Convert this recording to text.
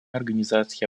организации